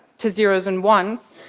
to zeroes and ones,